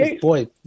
boy